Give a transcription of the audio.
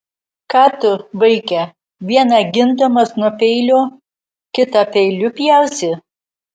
ką tu vaike vieną gindamas nuo peilio kitą peiliu pjausi